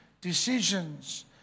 decisions